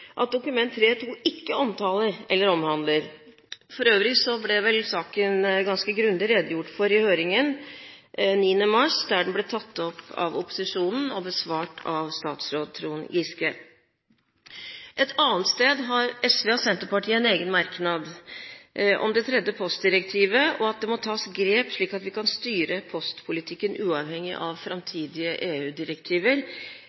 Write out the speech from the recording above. omtaler eller omhandler. For øvrig ble vel saken ganske grundig redegjort for i høringen den 9. mars, der den ble tatt opp av opposisjonen og besvart av statsråd Trond Giske. Et annet sted har Sosialistisk Venstreparti og Senterpartiet en egen merknad om det tredje postdirektivet. Det må tas grep, slik at vi kan styre postpolitikken, uavhengig av